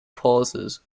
pauses